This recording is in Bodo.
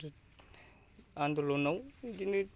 आन्दलनाव बिदिनो